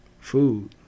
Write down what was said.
food